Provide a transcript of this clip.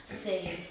see